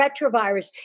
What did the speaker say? retrovirus